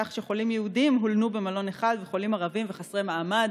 כך שחולים יהודים הולנו במלון אחד וחולים ערבים וחסרי מעמד,